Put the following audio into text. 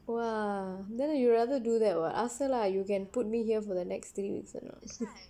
!wah! then you rather do that [what] ask her lah you can put me here for the next three weeks or not